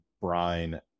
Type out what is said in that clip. brine